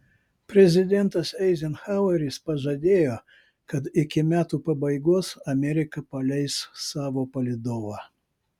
prezidentas eizenhaueris pažadėjo kad iki metų pabaigos amerika paleis savo palydovą